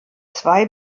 zwei